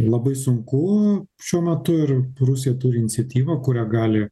labai sunku šiuo metu ir rusija turi iniciatyvą kurią gali